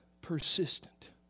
persistent